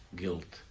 guilt